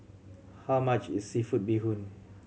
how much is seafood bee hoon